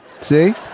See